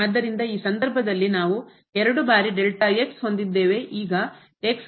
ಆದ್ದರಿಂದ ಈ ಸಂದರ್ಭದಲ್ಲಿ ನಾವು 2 ಬಾರಿ ಹೊಂದಿದ್ದೇವೆ